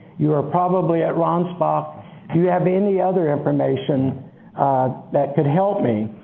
you were probably at ransbach. do you have any other information that could help me?